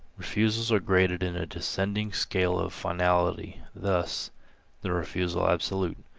refusals are graded in a descending scale of finality thus the refusal absolute,